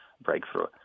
breakthrough